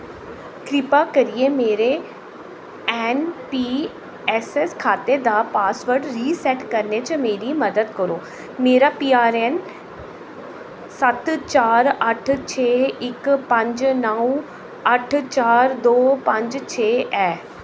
किरपा करियै मेरे ऐन्नपीऐस्स खाते दा पासवर्ड रीसैट्ट करने च मेरी मदद करो मेरा पीआरएएन्न सत्त चार अट्ठ छे इक पंज नौ अट्ठ चार दो पंज छे ऐ